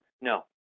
No